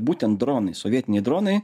būtent dronai sovietiniai dronai